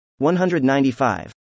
195